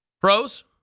Pros